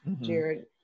Jared